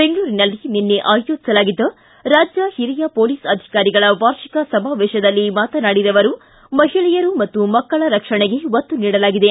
ಬೆಂಗಳೂರಿನಲ್ಲಿ ನಿನ್ನೆ ಆಯೋಜಿಸಲಾಗಿದ್ದ ರಾಜ್ಯ ಹಿರಿಯ ಮೋಲೀಸ್ ಅಧಿಕಾರಿಗಳ ವಾರ್ಷಿಕ ಸಮಾವೇಶದಲ್ಲಿ ಮಾತನಾಡಿದ ಅವರು ಮಹಿಳೆಯರು ಮತ್ತು ಮಕ್ಕಳ ರಕ್ಷಣೆಗೆ ಒತ್ತು ನೀಡಲಾಗಿದೆ